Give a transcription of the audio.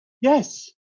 Yes